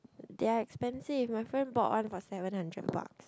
they are expensive my friend bought one for seven hundred bucks